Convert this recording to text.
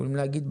יכולים להגיד,